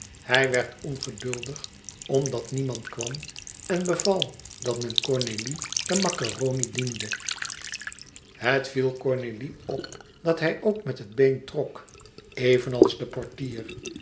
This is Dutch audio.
hij werd ongeduldig omdat niemand kwam en beval dat men cornélie de macaroni diende het viel cornélie op dat hij ook met het been trok evenals de portier